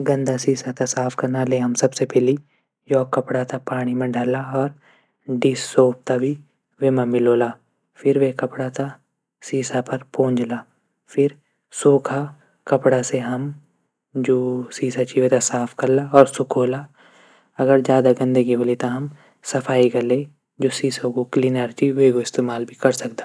गंदा सीसा थै साफ कनो ते सबसे पैली योकू कपडा थै पाणी मा डंला डिस सॉप तै भी वेमा मिलोला फिर वे कपडा तै सीसा पर पोछला। फिर सोखा कपडा से जू सीसा वेथे पोछला। और सुखोला। अगर ज्यादा गंदगी। होली त हम सफाई कुन जू सीसा क्लीनर च वेकू इस्तेमाल कैरी सकदा ।